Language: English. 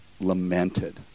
lamented